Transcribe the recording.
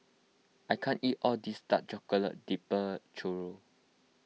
I can't eat all of this Dark Chocolate Dipped Churro